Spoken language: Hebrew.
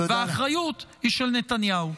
והאחריות היא של נתניהו.